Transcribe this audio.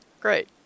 Great